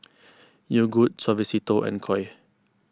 Yogood Suavecito and Koi